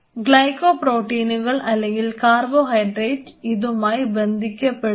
glyco പ്രോട്ടീനുകൾ അല്ലെങ്കിൽ carbohydrate ഇതുമായി ബന്ധിക്കപ്പെട്ടിരിക്കുന്നു